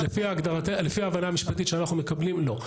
לפי ההבנה המשפטית שאנחנו מקבלים, לא.